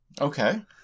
Okay